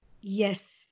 Yes